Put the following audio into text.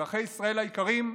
אזרחי ישראל היקרים,